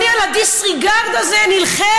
אני על ה-disregard הזה נלחמת,